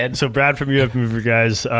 and so, brad from yeah uf mover guys,